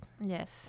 yes